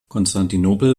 konstantinopel